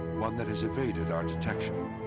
one that has evaded our detection.